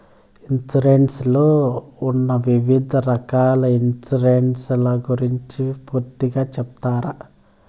Insurance లో ఉన్న వివిధ రకాల ఇన్సూరెన్సు ల గురించి పూర్తిగా సెప్తారా?